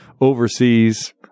overseas